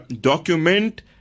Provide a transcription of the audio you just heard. document